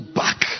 back